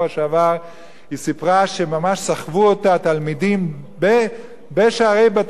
היא סיפרה שממש סחבו אותה תלמידים בשערי בית-הספר,